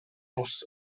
bws